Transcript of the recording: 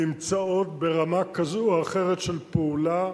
נמצאים ברמה כזו או אחרת של פעולה.